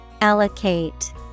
Allocate